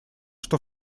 что